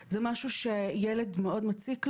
זה משהו שמאוד מציק לילד,